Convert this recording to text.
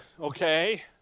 okay